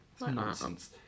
nonsense